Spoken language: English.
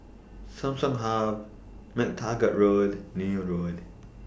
Samsung Hub MacTaggart Road Neil Road